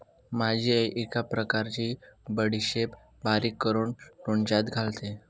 माझी आई एक प्रकारची बडीशेप बारीक करून लोणच्यात घालते